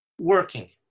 working